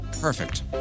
Perfect